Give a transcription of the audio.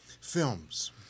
Films